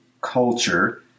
culture